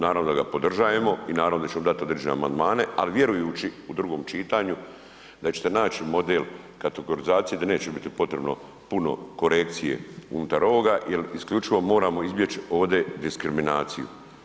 Zakon je, naravno da ga podržavamo i naravno da ćemo dati određene amandmane ali vjerujući u drugom čitanju da ćete naći model kategorizacije, da neće biti potrebno puno korekcije unutar ovoga jer isključivo moramo izbjeći ovdje diskriminaciju.